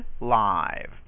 live